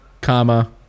comma